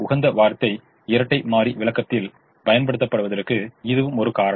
உகந்த வார்த்தை இரட்டை மாறி விளக்கத்தில் பயன்படுத்தப்படுவதற்கு இதுவும் ஒரு காரணம்